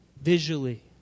visually